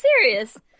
serious